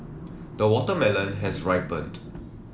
the watermelon has ripened